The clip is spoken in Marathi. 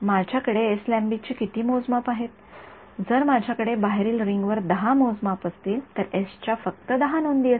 माझ्याकडे एस लांबीची किती मोजमाप आहेत जर माझ्याकडे बाहेरील रिंगवर १0 मोजमाप असतील तर एस च्या फक्त १0 नोंदी असतील